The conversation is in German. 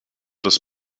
das